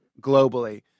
globally